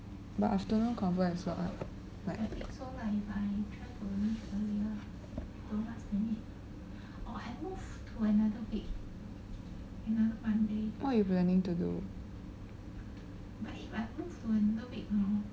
but afternoon confirm have slot uh what you planning to do